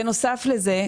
בנוסף לזה,